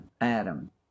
adam